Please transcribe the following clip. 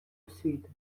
освіти